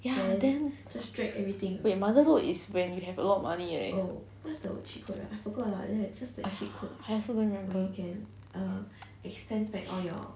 then wait mother load is when you have a lot of money right I also don't remember